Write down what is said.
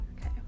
Okay